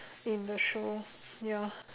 in the show ya